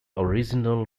original